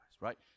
right